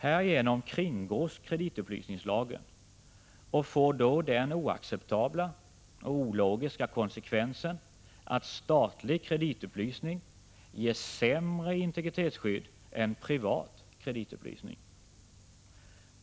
Härigenom kringgås kreditupplysningslagen, och den oacceptabla och ologiska konsekvensen uppstår att statlig kreditupplysning ger sämre integritetsskydd än privat kreditupplysning.